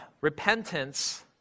repentance